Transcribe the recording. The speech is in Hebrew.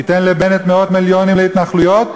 ייתן לבנט מאות מיליונים להתנחלויות,